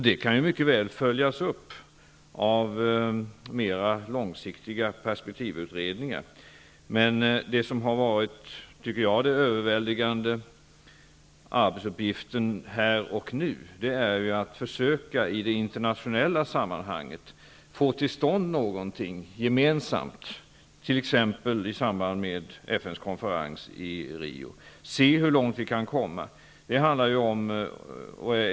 Det kan mycket väl följas upp av mera långsiktiga utredningar. Men det som har varit den överväldigande arbetsuppgiften här och nu är att i det internationella sammanhanget försöka få till stånd någonting gemensamt, t.ex. i samband med FN:s konferens i Rio, och se hur långt vi kan komma.